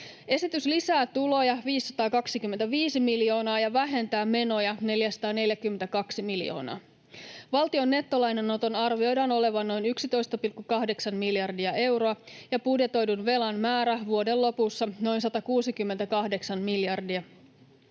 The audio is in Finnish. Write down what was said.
Esitys lisää tuloja 525 miljoonaa ja vähentää menoja 442 miljoonaa. Valtion nettolainanoton arvioidaan olevan noin 11,8 miljardia euroa ja budjetoidun velan määrän vuoden lopussa noin 168 miljardia.